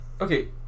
Okay